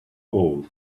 hole